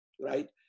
right